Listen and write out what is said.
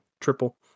triple